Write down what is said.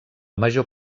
major